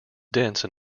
dense